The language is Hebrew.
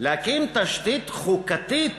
להקים תשתית חוקתית